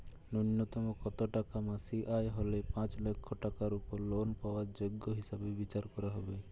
ন্যুনতম কত টাকা মাসিক আয় হলে পাঁচ লক্ষ টাকার উপর লোন পাওয়ার যোগ্য হিসেবে বিচার করা হবে?